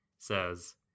says